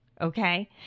Okay